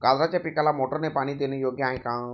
गाजराच्या पिकाला मोटारने पाणी देणे योग्य आहे का?